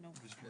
החדרים